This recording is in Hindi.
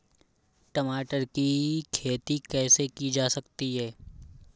टमाटर की खेती कैसे की जा सकती है?